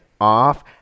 off